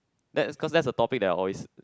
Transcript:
that's cause that's the topic that I always